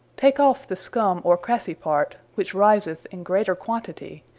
take off the scumme or crassy part, which riseth in greater quantity,